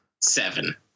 seven